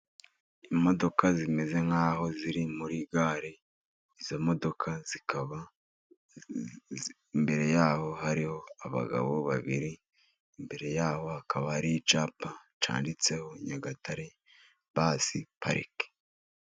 Imodoka zimeze nkaho ziri muri gare, izo modoka zikaba imbere yaho hariho abagabo babiri imbere, yabo hakaba hari icyapa cyanditseho Nyagatare basi parike.